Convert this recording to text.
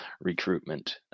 recruitment